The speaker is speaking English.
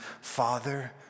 Father